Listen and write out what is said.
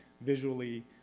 visually